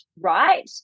right